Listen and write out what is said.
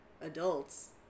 adults